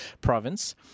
province